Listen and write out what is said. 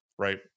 Right